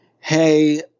Hey